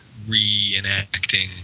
reenacting